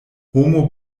homo